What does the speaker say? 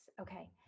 okay